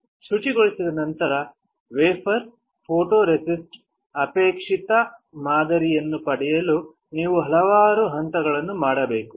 ಶುಚಿಗೊಳಿಸಿದ ನಂತರ ವೇಫರ್ ಫೋಟೊರೆಸಿಸ್ಟ್ನ ಅಪೇಕ್ಷಿತ ಮಾದರಿಯನ್ನು ಪಡೆಯಲು ನೀವು ಹಲವಾರು ಹಂತಗಳನ್ನು ಮಾಡಬೇಕು